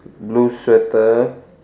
blue sweater